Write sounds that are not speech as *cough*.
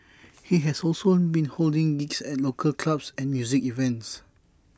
*noise* he has also been holding gigs at local clubs and music events